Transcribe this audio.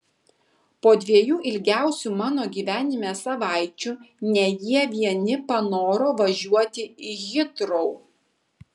po dviejų ilgiausių mano gyvenime savaičių ne jie vieni panoro važiuoti į hitrou